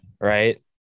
Right